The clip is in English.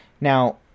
now